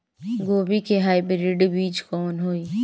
गोभी के हाईब्रिड बीज कवन ठीक होई?